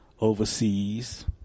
overseas